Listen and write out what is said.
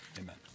amen